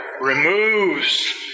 removes